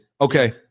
Okay